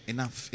Enough